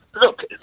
Look